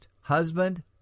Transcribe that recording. husband